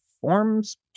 forms